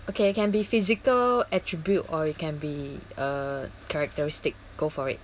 okay it can be physical attribute or it can be a characteristic go for it